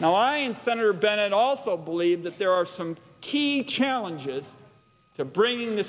now i and senator bennett also believe that there are some key challenges to bringing this